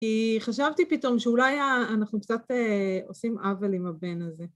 כי חשבתי פתאום שאולי אנחנו קצת עושים עוול עם הבן הזה.